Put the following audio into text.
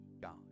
God